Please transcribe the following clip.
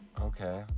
Okay